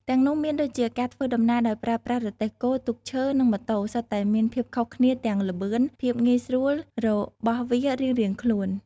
ទាំងនោះមានដូចជាការធ្វើដំណើរដោយប្រើប្រាស់ រទេះគោ ទូកឈើ និងម៉ូតូ សុទ្ធតែមានភាពខុសគ្នាទាំងល្បឿន ភាពងាយស្រួលរបស់វារៀងៗខ្លួន ។